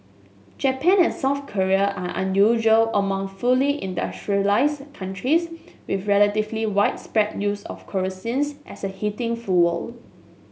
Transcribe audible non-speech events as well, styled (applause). Japan and South Korea are unusual among fully industrialised countries with relatively widespread use of kerosene (unintelligible) as a heating fuel